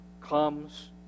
comes